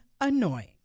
annoying